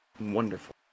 wonderful